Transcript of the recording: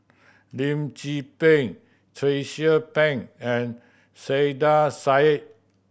Lim Tze Peng Tracie Pang and Saiedah Said